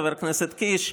חבר הכנסת קיש,